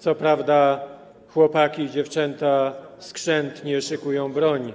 Co prawda chłopaki i dziewczęta skrzętnie szykują broń,